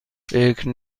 فکر